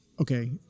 Okay